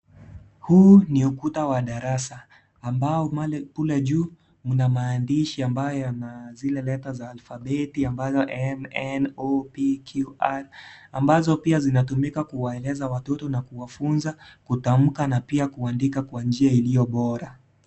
Huu ni ukuta wa darasa, ambao kule juu mnamaandishi ambayo mnazile letter za alphabeti ambazo m, n, o, p, q, r ambazo pia zinatumika kuwaeleza watoto na kuwafunza kutamka na pia kuandika kwa njia iliyo bora.